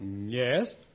Yes